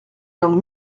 langues